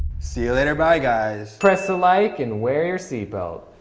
see you later. bye guys, press the like and wear your seatbelt